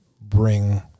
bring